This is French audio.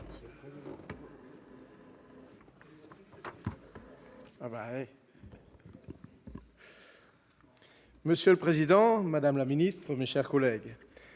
Monsieur le président, madame la ministre, mes chers collègues,